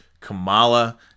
Kamala